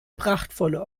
prachtvolle